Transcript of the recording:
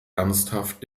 ernsthaft